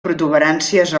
protuberàncies